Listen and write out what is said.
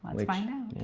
i mean find out.